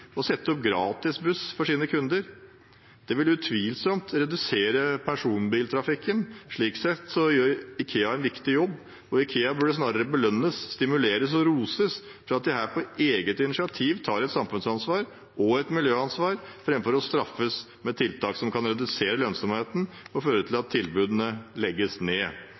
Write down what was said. å sette opp gratisbuss for sine kunder. Det reduserer utvilsomt personbiltrafikken, og slik sett gjør IKEA en viktig jobb. IKEA burde snarere belønnes, stimuleres og roses for at de her på eget initiativ tar et samfunnsansvar og et miljøansvar, framfor å straffes med tiltak som kan redusere lønnsomheten og føre til at tilbudet legges ned.